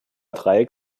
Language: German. dreieck